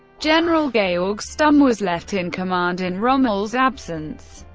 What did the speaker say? general georg stumme was left in command in rommel's absence.